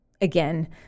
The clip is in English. again